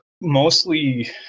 mostly